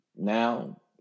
now